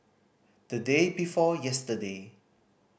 the day before yesterday